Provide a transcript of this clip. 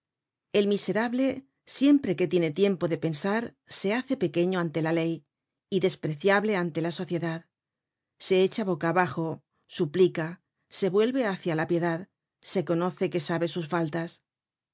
el miserable siempre que tiene tiempo de pensar se hace pequeño ante la ley y despreciable ante la sociedad se echa boca abajo suplica se vuelve héeia la piedad se conoce que sabe sus faltas